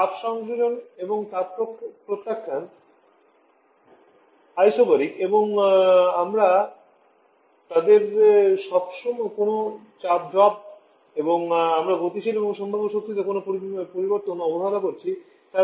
তাপ সংযোজন এবং তাপ প্রত্যাখ্যান isobaric পদ্ধতি এবং তাদের সময় কোন চাপ ড্রপ এবং আমরা গতিশীল এবং সম্ভাব্য শক্তিতে কোনও পরিবর্তন নগণ্য ভেবে নিচ্ছি